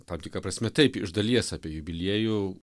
tam tikra prasme taip iš dalies apie jubiliejų